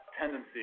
tendency